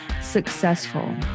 successful